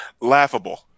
Laughable